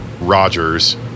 Rogers